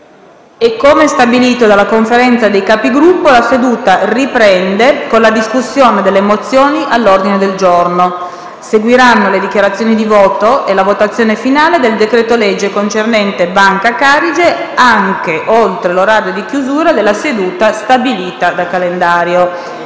Come stabilito dalla Conferenza dei Capigruppo, la seduta riprende con la discussione delle mozioni all'ordine del giorno. Seguiranno le dichiarazioni di voto e la votazione finale sul decreto-legge concernente la Banca Carige, anche oltre l'orario di chiusura della seduta stabilita da calendario.